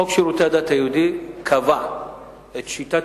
חוק שירותי הדת היהודיים קבע את שיטת